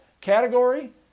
category